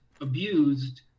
abused